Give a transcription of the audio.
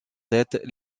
tête